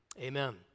amen